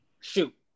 Shoot